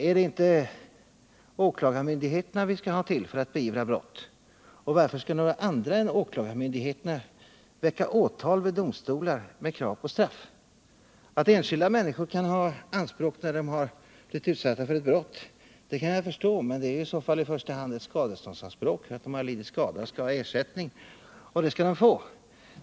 Är inte åklagarmyndigheterna till för att beivra brott? Varför skall några andra än åklagarmyndigheterna väcka åtal vid domstolar med krav på straff? Att enskilda människor kan ha anspråk när de blivit utsatta för ett brott kan jag förstå, men det är i första hand ett skadeståndsanspråk; den som lidit skada skall ha ersättning. Och det skall han få.